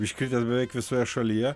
iškritęs beveik visoje šalyje